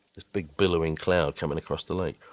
this big, billowing cloud coming across the lake,